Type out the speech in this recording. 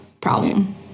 problem